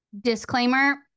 Disclaimer